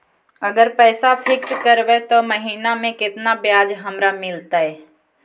अगर पैसा फिक्स करबै त महिना मे केतना ब्याज हमरा मिलतै?